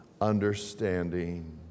understanding